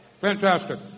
Fantastic